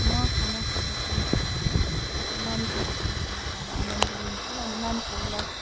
म खाना खाँदाको मानिसहरू सँग खाना खाँदा आनन्द लिन्छु अनि मानिसहरूलाई